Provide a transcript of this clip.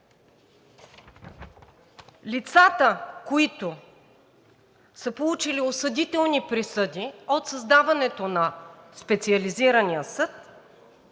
лицата, които са получили осъдителни присъди от създаването на специализирания съд,